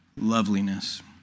loveliness